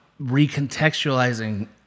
recontextualizing